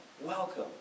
Welcome